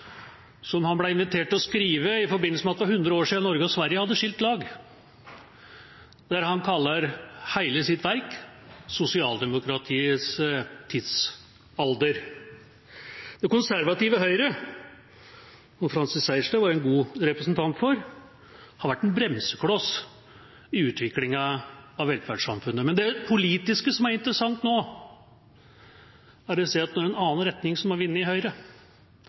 som han ble invitert til å skrive i forbindelse med at det var hundre år siden Norge og Sverige hadde skilt lag. Han kaller hele sitt verk Sosialdemokratiets tidsalder. Det konservative Høyre – som Francis Sejersted var en god representant for – har vært en bremsekloss i utviklingen av velferdssamfunnet. Men det er det politiske som er interessant nå, der en kan se at det er en annen retning som har vunnet i Høyre